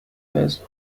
وزن